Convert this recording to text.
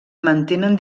mantenen